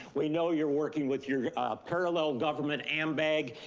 we know you're working with your ah parallel government, ambag,